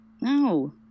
No